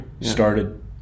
started